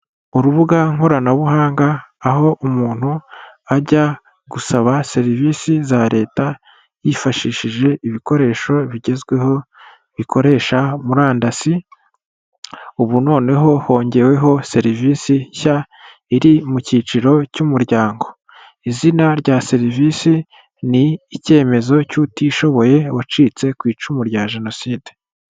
Urubuga nkoranabuhanga, aho umuntu ajya gusaba serivisi za leta yifashishije ibikoresho bigezweho bikoresha murandasi, ubu noneho hongeweho serivisi nshya iri mu cyiciro cy'umuryango. Izina rya serivisi ni icyemezo cy'utishoboye wacitse ku icumu rya Jenoside.